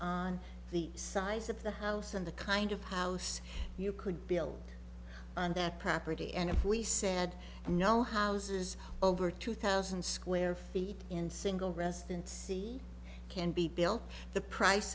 on the size of the house and the kind of house you could build on that property and if we said no houses over two thousand square feet in single rest and see can be built the price